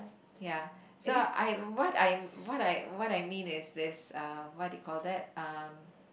ya so I what I'm what I what I mean is this uh what do you call that um